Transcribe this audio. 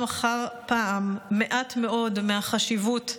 אחר פעם מעט מאוד מהחשיבות התקציבית.